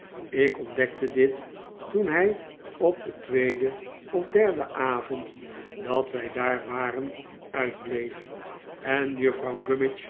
ik ontdekte dit toen hij op den tweeden of derden avond dat wij daar waren uitbleef en juffrouw